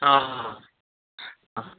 हँ